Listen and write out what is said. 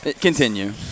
Continue